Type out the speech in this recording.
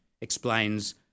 explains